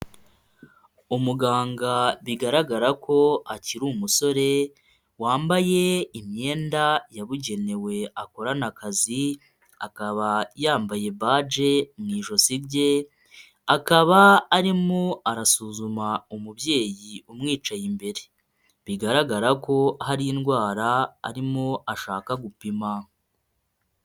Umuganga bigaragara ko akiri umusore, wambaye imyenda yabugenewe akorana akazi, akaba yambaye bage mu ijosi rye, akaba arimo arasuzuma umubyeyi umwicaye imbere. Bigaragara ko hari indwara arimo ashaka gupima.